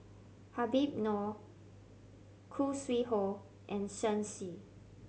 Habib Noh Khoo Sui Hoe and Shen Xi